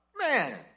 Man